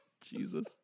Jesus